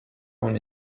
own